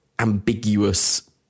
ambiguous